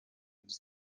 ens